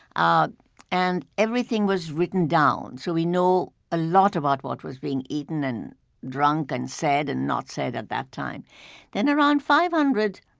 ah and everything was written down, so we know a lot about what was being eaten, and drunk, and said and not said at that time then around five hundred